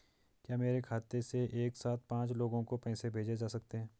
क्या मेरे खाते से एक साथ पांच लोगों को पैसे भेजे जा सकते हैं?